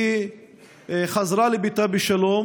היא חזרה לביתה בשלום,